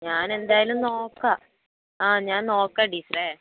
ഞാൻ എന്തായാലൂം നോക്കാം ആ ഞാൻ നോക്കാം ടീച്ചറേ